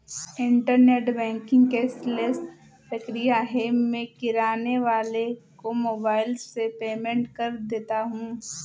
internet banking cashless प्रक्रिया है मैं किराने वाले को भी मोबाइल से पेमेंट कर देता हूँ